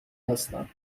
هستم